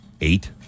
eight